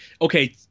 okay